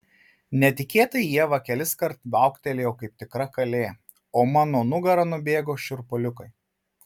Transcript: netikėtai ieva keliskart viauktelėjo kaip tikra kalė o mano nugara nubėgo šiurpuliukai